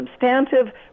substantive